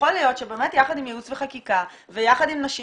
יכול להיות שבאמת יחד עם ייעוץ וחקיקה ויחד עם נשים